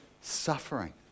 suffering